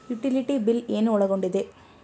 Utility bill ಏನು ಒಳಗೊಂಡಿದೆ?